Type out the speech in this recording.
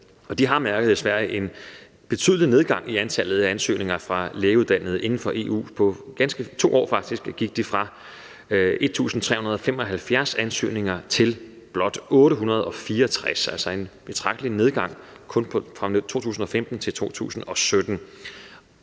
de har i Sverige mærket en betydelig nedgang i antallet af ansøgninger fra lægeuddannede inden for EU. På 2 år gik de faktisk fra at få 1.375 ansøgninger til at få blot 864. Der var altså en betragtelig nedgang alene fra 2015 til 2017.